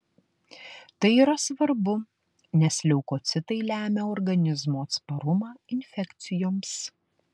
tai yra svarbu nes leukocitai lemia organizmo atsparumą infekcijoms